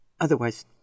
otherwise